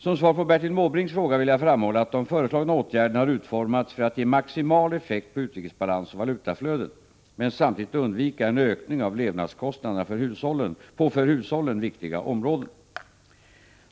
Som svar på Bertil Måbrinks fråga vill jag framhålla att de föreslagna åtgärderna har utformats för att ge maximal effekt på utrikesbalans och valutautflöden, men samtidigt undvika en ökning av levnadskostnaderna på för hushållen viktiga områden.